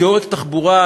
כעורק תחבורה,